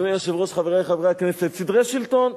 אדוני היושב-ראש, חברי חברי הכנסת, סדרי שלטון,